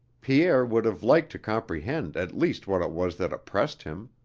pierre would have liked to comprehend at least what it was that oppressed him.